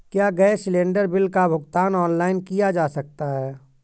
क्या gas cylinder bill का भुगतान ऑनलाइन किया जा सकता है?